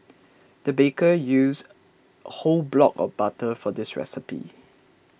the baker used a whole block of butter for this recipe